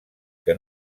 que